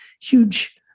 huge